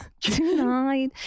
Tonight